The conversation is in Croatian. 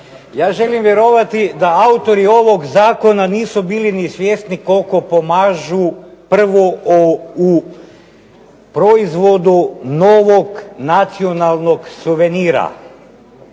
Ja želim vjerovati da autori ovog zakona nisu bili ni svjesni koliko pomažu prvo u proizvodu novog nacionalnog suvenira.